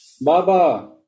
Baba